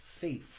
safe